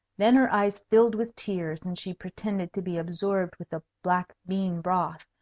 then her eyes filled with tears, and she pretended to be absorbed with the black-bean broth,